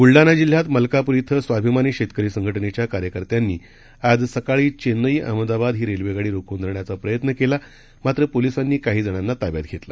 बुलडाणा जिल्ह्यात मलकापूर क्रं स्वाभिमानी शेतकरी संघटनेच्या कार्यकर्त्यांनी आज सकाळी चेन्नई अमदाबाद ही रेल्वेगाडी रोखून धरण्याचा प्रयत्न केला मात्र पोलिसांनी काहीजणांना ताब्यात घेतलं